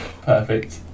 Perfect